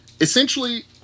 essentially